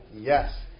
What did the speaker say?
Yes